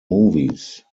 movies